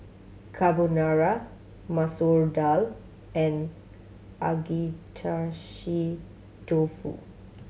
Carbonara Masoor Dal and Agedashi Dofu